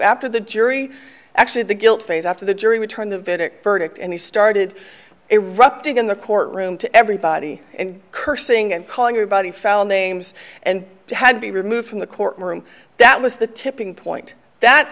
after the jury actually the guilt phase after the jury returned the video and he started erupting in the courtroom to everybody and cursing and calling everybody found names and had to be removed from the courtroom that was the tipping point that